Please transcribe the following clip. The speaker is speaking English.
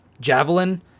javelin